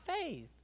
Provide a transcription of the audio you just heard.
faith